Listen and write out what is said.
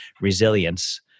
Resilience